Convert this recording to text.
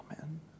Amen